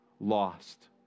lost